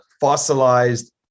fossilized